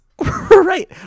Right